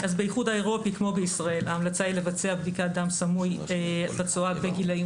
מ-2005 שמתבססת על דם סמוי בצואה לאנשים